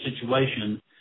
situation